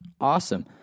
Awesome